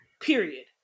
Period